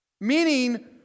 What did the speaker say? meaning